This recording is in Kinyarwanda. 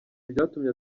byatumye